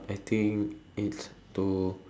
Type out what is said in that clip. I think it's to